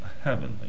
heavenly